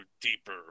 deeper